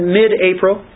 mid-April